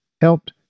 helped